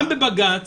גם בבג"ץ